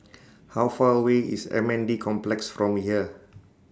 How Far away IS M N D Complex from here